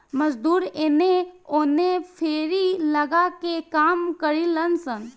मजदूर एने ओने फेरी लगा के काम करिलन सन